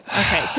Okay